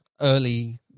early